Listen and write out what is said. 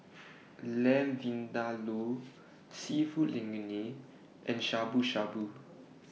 Lamb Vindaloo Seafood Linguine and Shabu Shabu